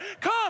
come